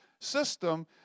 system